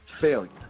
failure